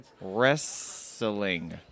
wrestling